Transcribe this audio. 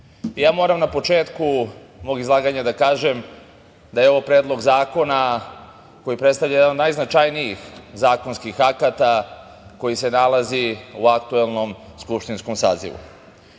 na početku mog izlaganja da kažem da je ovo Predlog zakona koji predstavlja jedan od najznačajnijih zakonskih akata koji se nalazi u aktuelnom skupštinskom sazivu. Ustavom